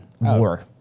War